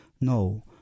no